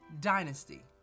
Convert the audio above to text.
dynasty